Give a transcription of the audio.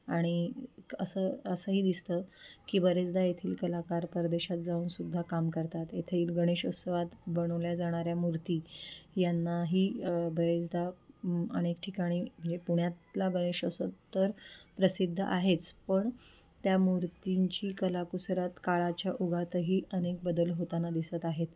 आणि असं असंही दिसतं की बरेचदा येथील कलाकार परदेशात जाऊनसुद्धा काम करतात येथे गणेशोत्सवात बनवल्या जाणाऱ्या मूर्ती यांनाही बरेचदा अनेक ठिकाणी म्हणजे पुण्यातला गणेशोत्सव तर प्रसिद्ध आहेच पण त्या मूर्तींची कलाकुसरात काळाच्या ओघातही अनेक बदल होताना दिसत आहेत